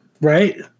right